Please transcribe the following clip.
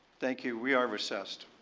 thank you. we are recessed.